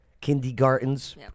kindergartens